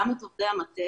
גם את עובדי המטה,